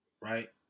Right